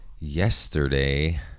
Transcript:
yesterday